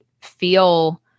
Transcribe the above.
feel